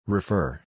Refer